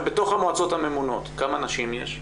בתוך המועצות הממונות כמה נשים יש?